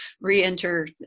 re-enter